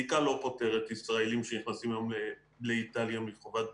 בדיקה לא פוטרת ישראלים שנכנסים היום לאיטליה מחובת בידוד,